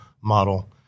model